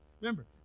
Remember